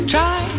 Try